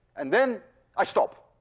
and then i stop.